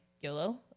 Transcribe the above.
YOLO